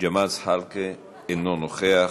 ג'מאל זחאלקה, אינו נוכח.